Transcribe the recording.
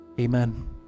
Amen